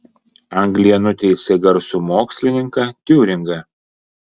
anglija nuteisė garsų mokslininką tiuringą